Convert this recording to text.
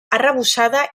arrebossada